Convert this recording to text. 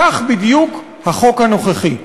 כך בדיוק החוק הנוכחי.